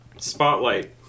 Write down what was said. Spotlight